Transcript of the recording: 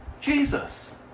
Jesus